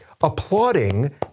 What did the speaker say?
applauding